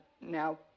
Now